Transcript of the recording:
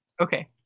Okay